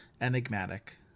enigmatic